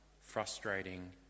frustrating